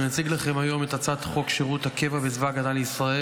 אני מציג לכם היום את הצעת חוק שירות הקבע בצבא הגנה לישראל.